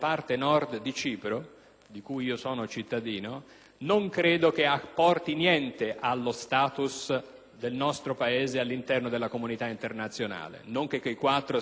del nostro Paese all'interno della comunità internazionale. Non che quei quattro militari, se dirottati sul Libano o sull'Afghanistan, possano fare la differenza, ma sicuramente può fare la differenza affrontare la questione nella